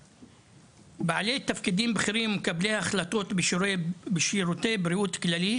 בקרב בעלי תפקידים בכירים ומקבלי ההחלטות בשירותי בריאות כללית